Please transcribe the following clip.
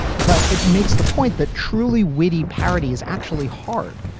but it makes the point that truly witty parody is actually hard.